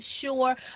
sure